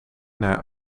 naar